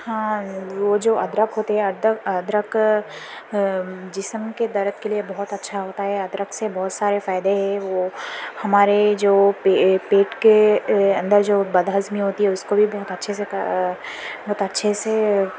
ہاں وہ جو ادرک ہوتی ہے ادرک ادرک جسم کے درد کے لیے بہت اچھا ہوتا ہے ادرک سے بہت سارے فائدے ہے وہ ہمارے جو پے پیٹ کے اندر جو بد ہضمی ہوتی ہے اس کو بھی بہت اچھے سے بہت اچھے سے